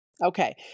Okay